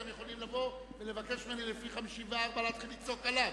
אתם יכולים לבוא ולבקש ממני לפי סעיף 54 להתחיל לצעוק עליו.